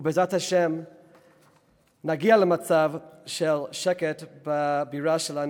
ובעזרת השם נגיע למצב של שקט בבירה שלנו,